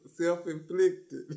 self-inflicted